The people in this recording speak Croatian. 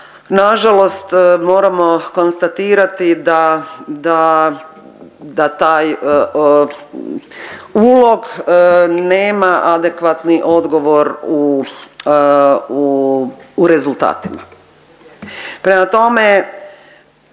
nažalost moramo konstatirati da, da taj ulog nema adekvatni odgovor u rezultatima. Prema tome,